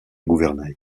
gouvernail